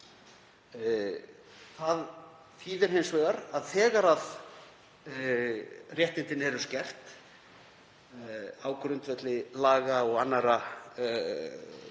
Það þýðir hins vegar að þegar réttindin eru skert á grundvelli laga og annarra